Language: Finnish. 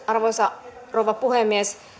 arvoisa rouva puhemies